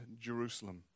Jerusalem